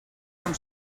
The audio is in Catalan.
com